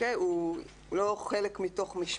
שהוא לא חלק מתוך משפט.